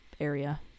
area